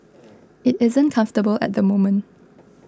it isn't comfortable at the moment